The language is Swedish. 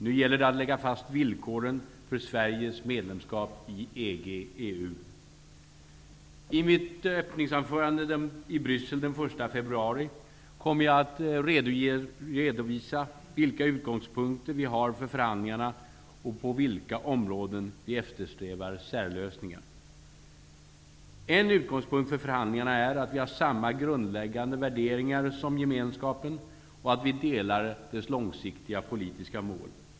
Nu gäller det att lägga fast villkoren för Sveriges medlemskap i I mitt öppningsanförande i Bryssel den 1 februari kommer jag att redovisa vilka utgångspunkter vi har för förhandlingarna och på vilka områden vi eftersträvar särlösningar. En utgångspunkt för förhandlingarna är att vi har samma grundläggande värderingar som Gemenskapen och att vi delar dess långsiktiga politiska mål.